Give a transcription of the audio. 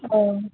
औ